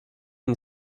une